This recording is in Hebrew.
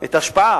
את ההשפעה.